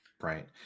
Right